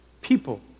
people